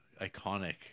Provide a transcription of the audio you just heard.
iconic